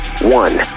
one